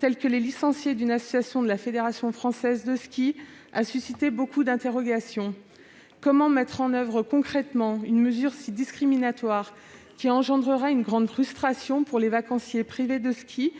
tels que les licenciés d'une association de la fédération française de ski, a suscité beaucoup d'interrogations : comment mettre en oeuvre concrètement une mesure si discriminatoire, qui créera une grande frustration pour les vacanciers privés de ski,